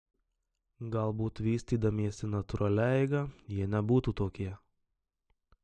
galbūt vystydamiesi natūralia eiga jie nebūtų tokie